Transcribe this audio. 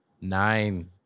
Nine